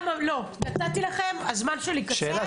לא, נתתי לכם, הזמן שלי קצר.